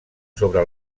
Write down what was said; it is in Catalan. sobre